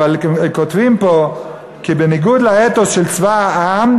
אבל כותבים פה כי בניגוד לאתוס של צבא העם,